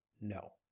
No